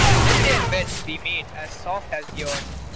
let their beds be made as soft as yours,